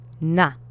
NA